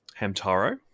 Hamtaro